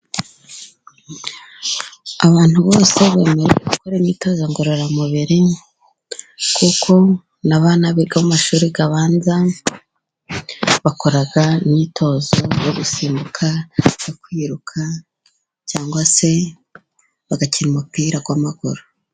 Abantu bose bemerewe gukora imyitozo ngororamubiri, kuko n'abana biga mu mashuri abanza bakoraga imyitozo yo gusimbuka no kwiruka, cyangwa se bagakina umupira w'amaguru.